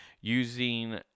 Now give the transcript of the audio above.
Using